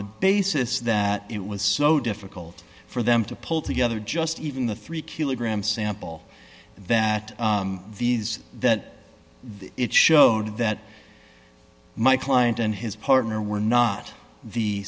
the basis that it was so difficult for them to pull together just even the three kilogram sample that viz that it showed that my client and his partner were not the